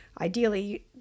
Ideally